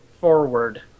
forward